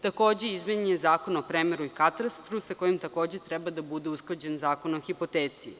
Takođe je izmenjen Zakon o premeru i katastru sa kojim takođe treba da bude usklađen Zakon o hipoteci.